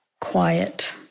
quiet